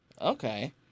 Okay